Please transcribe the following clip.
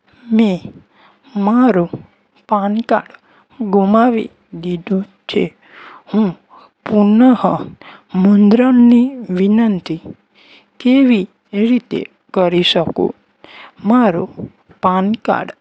મેં મારું PAN card ગુમાવી દીધું છે હું પુનઃમુદ્રણની વિનંતી કેવી રીતે કરી શકું મારો પાન કાર્ડ